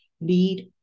need